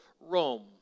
Rome